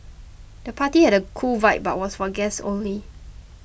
the party had a cool vibe but was for guests only